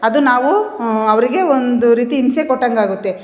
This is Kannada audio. ಅದು ನಾವು ಅವರಿಗೆ ಒಂದು ರೀತಿ ಹಿಂಸೆ ಕೊಟ್ಟಂಗೆ ಆಗುತ್ತೆ